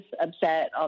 upset